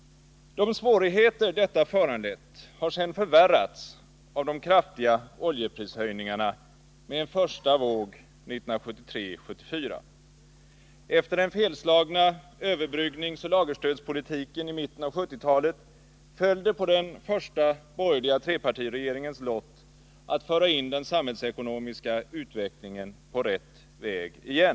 De svårigheter som detta föranlett har sedan förvärrats av de kraftiga oljeprishöjningarna med en första våg 1973-1974. Efter den felslagna överbryggningsoch lagerstödspolitiken i mitten av 1970-talet föll det på den första borgerliga trepartiregeringens lott att föra in den samhällsekonomiska utvecklingen på rätt väg igen.